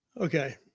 Okay